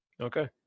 Okay